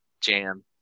jam